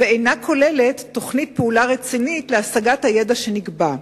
ואינה כוללת תוכנית פעולה רצינית להשגת היעד שנקבע.